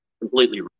Completely